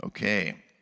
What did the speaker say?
Okay